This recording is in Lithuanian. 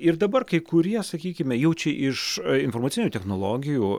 ir dabar kai kurie sakykime jaučia iš informacinių technologijų